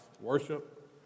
worship